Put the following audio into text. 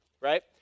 right